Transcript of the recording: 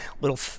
Little